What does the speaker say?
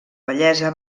bellesa